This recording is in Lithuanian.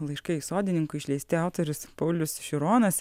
laiškai sodininkui išleisti autorius paulius šironas